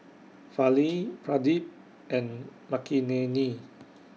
Fali Pradip and Makineni